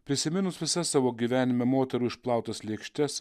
prisiminus visas savo gyvenime moterų išplautas lėkštes